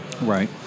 Right